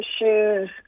issues